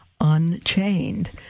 Unchained